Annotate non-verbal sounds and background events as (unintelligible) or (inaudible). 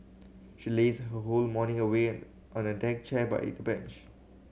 she lazed her whole morning away (unintelligible) on a deck chair by (unintelligible) bench